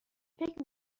فکر